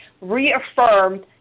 reaffirmed